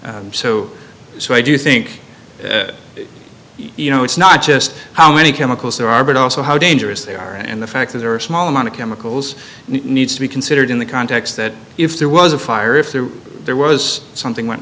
car so so i do think you know it's not just how many chemicals there are but also how dangerous they are and the fact that there are a small amount of chemicals needs to be considered in the context that if there was a fire if there there was something went